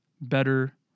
better